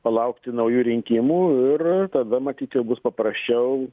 palaukti naujų rinkimų ir tada matyt jau bus paprasčiau